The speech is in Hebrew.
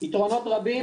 יתרונות רבים.